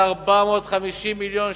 450 מיליון ש"ח,